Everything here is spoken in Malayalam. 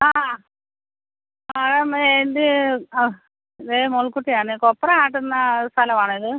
ആ ആ എന്ത് ആ ഇത് മോളിക്കുട്ടിയാണെ കൊപ്പ്ര ആട്ടുന്ന സ്ഥലമാണൊ ഇത്